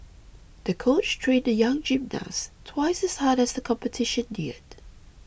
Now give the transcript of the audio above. the coach trained the young gymnast twice as hard as the competition neared